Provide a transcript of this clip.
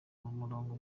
murongo